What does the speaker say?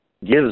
gives